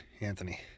Anthony